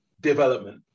development